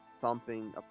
thumping